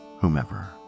whomever